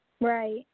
Right